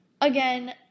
Again